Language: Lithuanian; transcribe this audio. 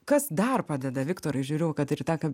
kas dar padeda viktorai žiūriu kad ir į tą ką